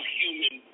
human